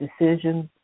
decisions